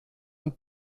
und